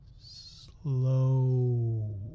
slow